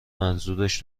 منظورش